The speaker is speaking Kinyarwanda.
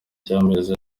cy’amezi